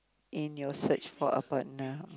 in your search for a partner